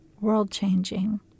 world-changing